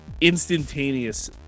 instantaneous